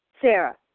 Sarah